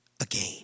again